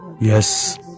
yes